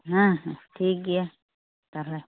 ᱦᱮᱸ ᱦᱮᱸ ᱴᱷᱤᱠ ᱜᱮᱭᱟ ᱛᱟᱦᱚᱞᱮ